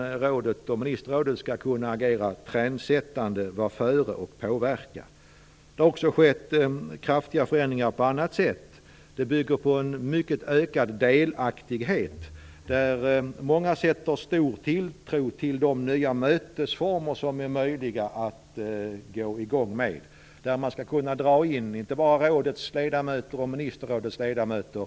Rådet och ministerrådet skall kunna agera trendsättande, gå före och påverka. Det har också skett kraftiga förändringar på andra sätt. Det handlar om en ökad delaktighet. Många sätter stor tilltro till de nya mötesformer som man kan komma i gång med. Man skall inte bara kunna dra in rådets och ministerrådets ledamöter.